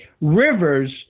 Rivers